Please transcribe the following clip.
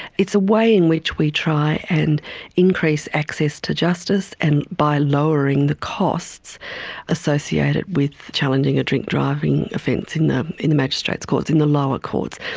it's a way in which we try and increase access to justice and by lowering the costs associated with challenging a drink driving offence in the in the magistrates' courts, in the lower courts.